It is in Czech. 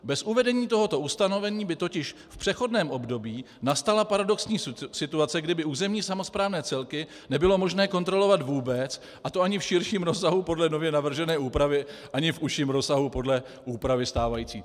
Bez uvedení tohoto ustanovení by totiž v přechodném období nastala paradoxní situace, kdy by územní samosprávné celky nebylo možné kontrolovat vůbec, a to ani v širším rozsahu podle nově navržené úpravy, ani v užším rozsahu podle úpravy stávající.